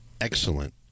excellent